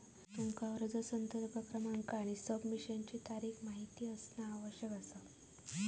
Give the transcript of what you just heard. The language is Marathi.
तुमका अर्ज संदर्भ क्रमांक आणि सबमिशनचा तारीख माहित असणा आवश्यक असा